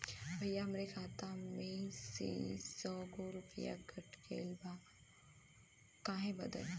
भईया हमरे खाता में से सौ गो रूपया कट गईल बा काहे बदे?